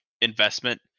investment